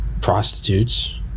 Prostitutes